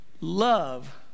Love